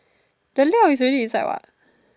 the 料 is already inside what